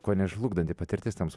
kuo ne žlugdanti patirtis tiems